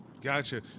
Gotcha